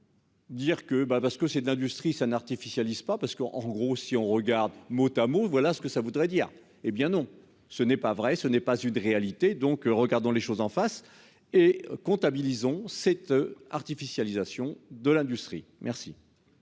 Dire que ben, parce que c'est de l'industrie ça n'. Lisent pas parce qu'on en gros si on regarde mot mot voilà ce que ça voudrait dire hé bien non, ce n'est pas vrai, ce n'est pas une réalité. Donc regardons les choses en face et comptabilisons sept artificialisation de l'industrie. Merci.